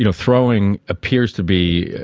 you know throwing appears to be,